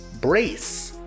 Brace